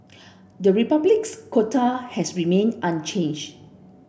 the Republic's quota has remained unchanged